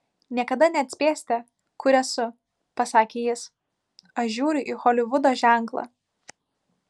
niekada neatspėsite kur esu pasakė jis aš žiūriu į holivudo ženklą